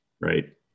right